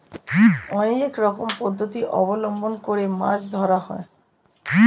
অনেক রকম পদ্ধতি অবলম্বন করে মাছ ধরা হয়